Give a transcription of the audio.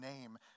name